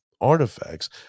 artifacts